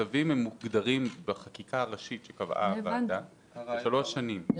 הצווים מוגדרים בחקיקה הראשית שקבעה הוועדה לטווח של שלוש שנים.